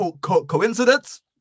Coincidence